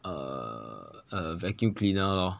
err err vacuum cleaner lor